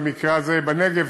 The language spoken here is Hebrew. במקרה הזה בנגב,